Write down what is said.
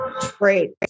Great